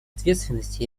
ответственности